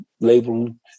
labeling